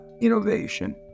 innovation